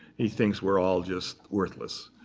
he thinks we're all just worthless.